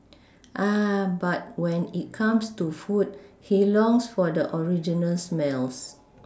ah but when it comes to food he longs for the original smells